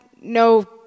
no